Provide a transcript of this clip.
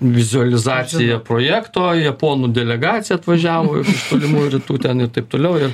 vizualizacija projekto japonų delegacija atvažiavo iš tolimųjų rytų ten ir taip toliau ir